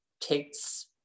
takes